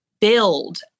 build